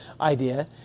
idea